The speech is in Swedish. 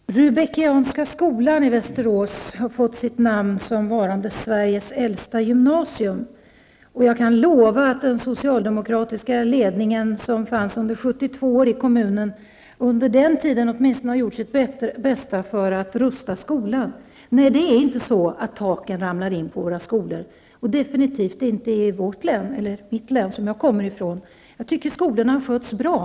Herr talman! Rudbeckianska skolan i Västerås har fått sitt namn såsom varande Sveriges äldsta gymnasium. Under 72 år har socialdemokraterna lett kommunen, och jag kan lova att de under den tiden har gjort sitt bästa för att rusta upp skolan. Nej, taken ramlar inte in på våra skolor och definitivt inte på skolor i mitt hemlän. Jag tycker att skolorna har skötts bra.